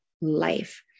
Life